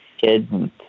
kids